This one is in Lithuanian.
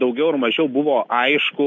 daugiau ar mažiau buvo aišku